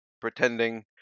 pretending